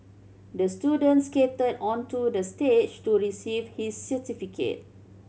the student skated onto the stage to receive his certificate